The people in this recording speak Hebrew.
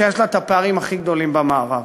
שיש בה את הפערים הכי גדולים במערב.